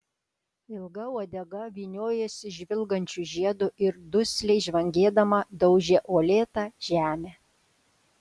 ilga uodega vyniojosi žvilgančiu žiedu ir dusliai žvangėdama daužė uolėtą žemę